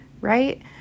right